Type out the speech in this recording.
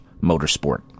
motorsport